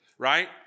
right